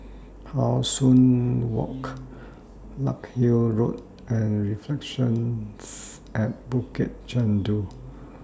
How Sun Walk Larkhill Road and Reflections At Bukit Chandu